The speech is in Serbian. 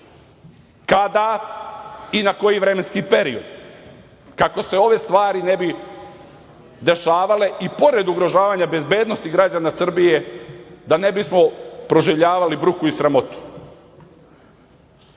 Kada i na koji vremenski period kako se ove stvari ne bi dešavale i da, pored ugrožavanja bezbednosti građana Srbije, ne bismo proživljavali bruku i sramotu?